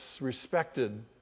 respected